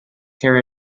care